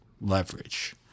leverage